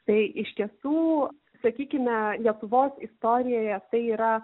tai iš tiesų sakykime lietuvos istorijoje tai yra